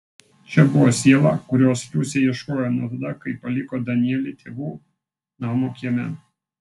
čia buvo siela kurios liusė ieškojo nuo tada kai paliko danielį tėvų namo kieme